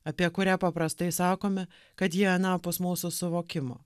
apie kurią paprastai sakome kad jie anapus mūsų suvokimo